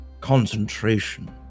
concentration